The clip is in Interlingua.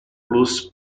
plus